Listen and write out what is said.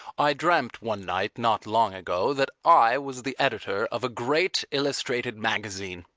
i dreamt one night not long ago that i was the editor of a great illustrated magazine.